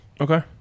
Okay